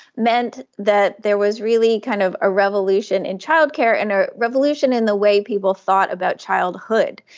meant that there was really kind of a revolution in childcare and a revolution in the way people thought about childhood.